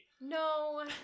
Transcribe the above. No